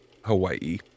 hawaii